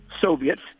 Soviets